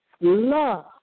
love